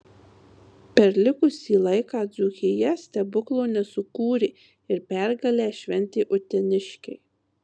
per likusį laiką dzūkija stebuklo nesukūrė ir pergalę šventė uteniškiai